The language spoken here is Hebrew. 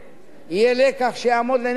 אני רק רוצה, חבר הכנסת